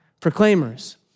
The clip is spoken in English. proclaimers